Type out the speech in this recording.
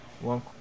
One